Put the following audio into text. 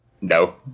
No